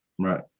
Right